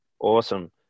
awesome